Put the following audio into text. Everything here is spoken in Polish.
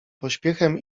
pośpiechem